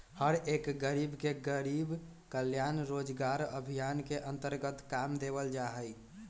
हर एक गरीब के गरीब कल्याण रोजगार अभियान के अन्तर्गत काम देवल जा हई